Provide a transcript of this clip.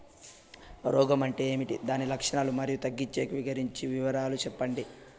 రోగం అంటే ఏమి దాని లక్షణాలు, మరియు తగ్గించేకి గురించి వివరాలు సెప్పండి?